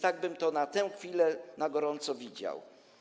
Tak bym to na tę chwilę, na gorąco widział.